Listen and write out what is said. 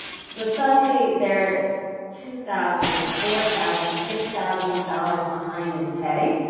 so suddenly, they're two thousand, four thousand, six thousand dollars behind in pay.